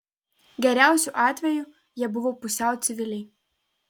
geriausiu atveju jie buvo pusiau civiliai